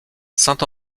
saint